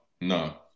no